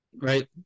right